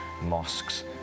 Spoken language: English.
mosques